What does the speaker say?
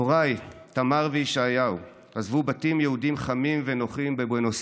הוריי תמר וישעיהו עזבו בתים יהודיים חמים ונוחים בבואנוס